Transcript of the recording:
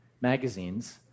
magazines